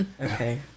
Okay